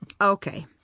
Okay